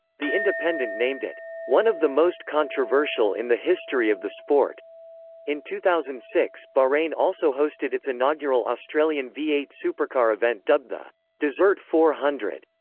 the independent named it one of the most controversial in the history of the sport in two thousand and six, bahrain also hosted its inaugural australian v eight supercar event dubbed the desert four hundred.